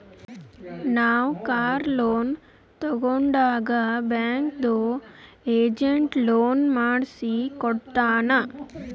ನಾವ್ car loan ತಗೊಂಡಾಗ್ ಬ್ಯಾಂಕ್ದು ಏಜೆಂಟ್ ಲೋನ್ ಮಾಡ್ಸಿ ಕೊಟ್ಟಾನ್